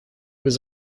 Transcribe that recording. was